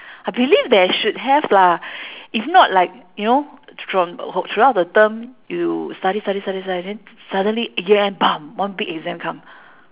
I believe there should have lah if not like you know thr~ from throughout the term you study study study study then suddenly year end bam one big exam come